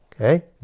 Okay